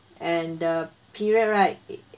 and the period right it